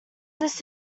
this